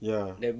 ya